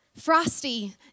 Frosty